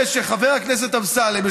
אחרי שחבר הכנסת אמסלם,